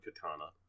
katana